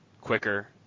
quicker